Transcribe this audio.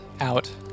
out